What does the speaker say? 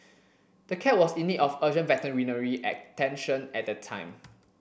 the cat was in need of urgent veterinary attention at the time